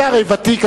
אתה הרי ותיק.